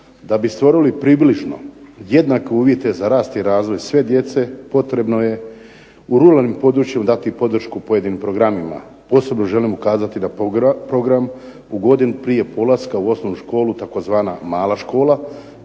Da bi stvorili približno jednake uvjete za rast i razvoj sve djece potrebno u ruralnom području dati podršku pojedinim programima. Posebno želim ukazati na program u godini prije polaska u osnovnu školu tzv. mala škola